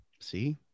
See